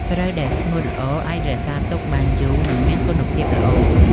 ស្រូវដែលស្ងួតល្អអាចរក្សាទុកបានយូរ និងមានគុណភាពល្អ។